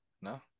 no